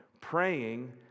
Praying